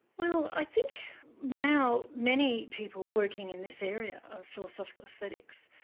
well i think now many people working in this area of philosophical aesthetics,